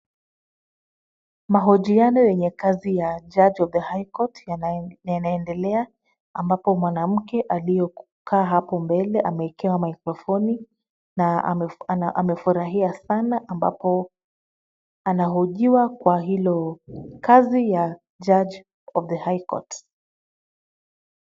Mahojiano yenye kazi ya Judge of the High Court yanaendelea ambapo mwanamke aliyekukaa hapo mbele ameikewa maikrofoni na amefurahia sana ambapo anahojiwa kwa hilo. Kazi ya Judge of the High Court .